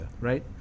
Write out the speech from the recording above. right